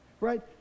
right